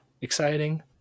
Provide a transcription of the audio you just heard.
exciting